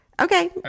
Okay